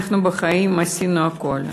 אנחנו בחיים עשינו הכול,